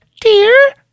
Dear